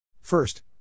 First